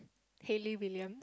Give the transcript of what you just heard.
Hayley-William